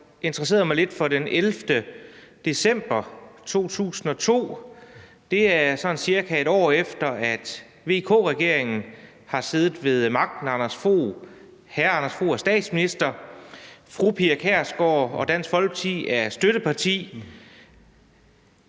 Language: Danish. interesseret mig lidt for den 11. december 2002, som var cirka et år efter, at VK-regeringen sad ved magten. Anders Fogh Rasmussen var statsminister, og fru Pia Kjærsgaard og Dansk Folkeparti var støtteparti.